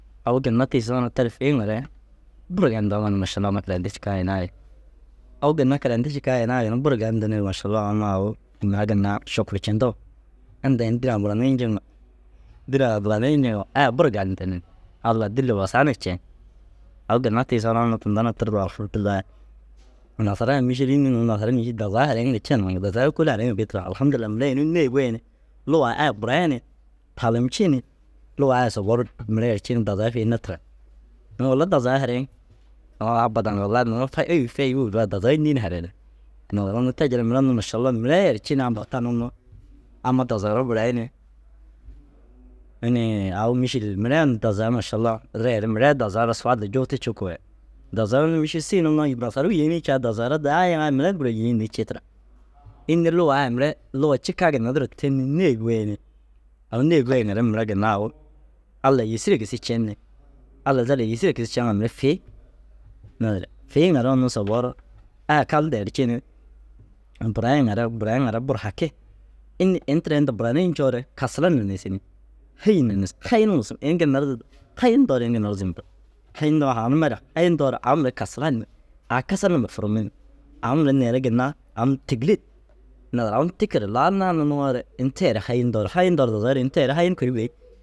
Au ginna tiisoo na ter fiiŋare buru gali ndu amma ara mašalla amma kiraindii cikaa inaa i. Au ginna karaintii cikaa inaa i ginna buru gali indi ni mašalla au numa au mura ginna šukurcindu. Inda ini bînaa buranii njiŋa dînaa raa ai buru gali ntin Alla dîlli wasaa na cen. Au ginna tiisoo na unnu tinda na tirdu alhamdûllai nasarai mîšil înni nuu? Nasar mîšil dazaga haraiŋire nuu dazaga kôoli haiŋire bêi tira. Alhamdûllai mire inuu nêe goyi ni lugaa ai burai ni talumci ni lugaa ai soboo ru mire erci ni dazaga fiine tira. Mire walla dazaga haraiŋ. Au abbadan wallai nuu duro dazaga înni na harainni. Naazire unnu te jilla mire unnu mašallau mire i erci ni banan unnu amma zagara burayi ni inii au mîšil mire unnu dazaga mašallau reere mire i dazaga ara suwal du juutii cikuu ye dazaga unnu mîšil unnu nasaruu yêenii caa dazagara gaa yiŋaa mire gûro yêenne cii tira. Înni lugaa ai mire luga cikaa ginna duro cen ni nêe goyi ni au nêe goyi ŋere mire ginna au Allai yêsire gisi cen ni Allai zal tiisi ceŋa ru mire fii. Naazire ciiŋare unnu sobou ru ai kal di erci ni buraiŋare buraiŋare buru haki. Înni? Ini tira inta buranii ncoore kasalan na niisinni hêyin na nis hayin mis ini ginna duro hayin doore ini ginna ru zuntu. Hayin ndoo haanime ra? Hayin ndoore au mire kasalan ni au kasar numa furummi ni au mire neere ginna am dêgilit. Naazire am tikire lau naana nuŋoore ini tee re hayin ndoore hayin ndoore dazaga ru ini tee re hayin kuri bêi.